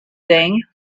thing